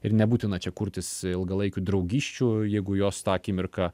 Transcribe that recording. ir nebūtina čia kurtis ilgalaikių draugysčių jeigu jos tą akimirką